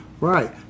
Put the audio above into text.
Right